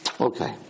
Okay